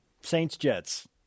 Saints-Jets